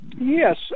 Yes